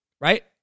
right